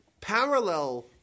parallel